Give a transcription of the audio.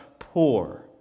poor